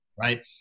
right